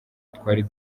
twari